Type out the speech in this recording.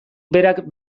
berak